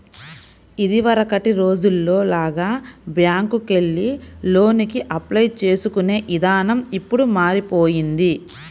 ఇదివరకటి రోజుల్లో లాగా బ్యేంకుకెళ్లి లోనుకి అప్లై చేసుకునే ఇదానం ఇప్పుడు మారిపొయ్యింది